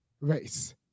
race